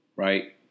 Right